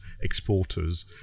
exporters